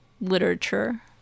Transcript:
literature